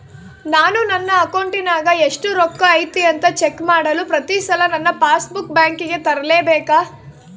ನಾನು ನನ್ನ ಅಕೌಂಟಿನಾಗ ಎಷ್ಟು ರೊಕ್ಕ ಐತಿ ಅಂತಾ ಚೆಕ್ ಮಾಡಲು ಪ್ರತಿ ಸಲ ನನ್ನ ಪಾಸ್ ಬುಕ್ ಬ್ಯಾಂಕಿಗೆ ತರಲೆಬೇಕಾ?